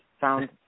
found